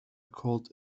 called